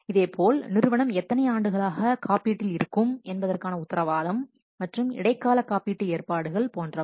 இதேபோல் நிறுவனம் எத்தனை ஆண்டுகளாக காப்பீட்டில் இருக்கும் என்பதற்கான உத்தரவாதம் மற்றும் இடைக்கால காப்பீட்டு ஏற்பாடுகள் போன்றவை